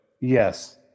Yes